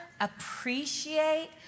appreciate